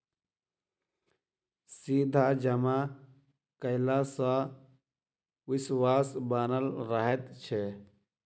सीधा जमा कयला सॅ विश्वास बनल रहैत छै